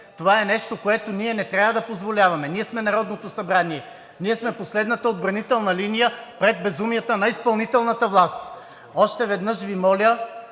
Това е нещо, което ние не трябва да позволяваме. Ние сме Народното събрание. Ние сме последната отбранителна линия пред безумията на изпълнителната власт. Още веднъж Ви моля